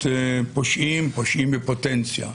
פושעים, פושעים בפוטנציה.